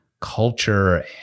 culture